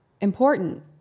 important